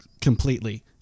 completely